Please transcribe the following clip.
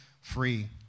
free